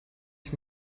ich